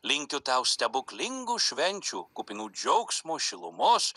linkiu tau stebuklingų švenčių kupinų džiaugsmo šilumos